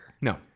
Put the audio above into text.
No